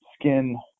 skin